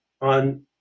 on